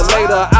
Later